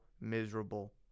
miserable